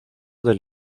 del